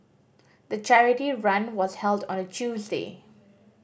the charity run was held on a Tuesday